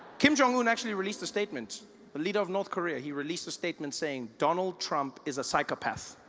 kim jong-un actually released a statement the leader of north korea, he released a statement saying donald trump is a psychopath